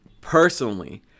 Personally